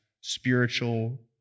spiritual